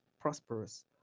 prosperous